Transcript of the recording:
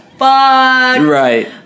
Right